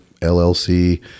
LLC